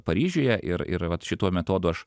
paryžiuje ir ir vat šituo metodu aš